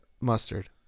mustard